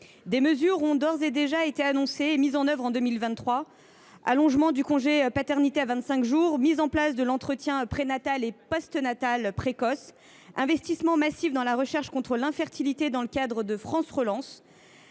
Des mesures ont d’ores et déjà été annoncées et mises en œuvre en 2023 : allongement du congé de paternité à vingt cinq jours, mise en place de l’entretien prénatal et postnatal précoce, investissement massif dans la recherche contre l’infertilité dans le cadre de France Relance.